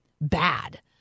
bad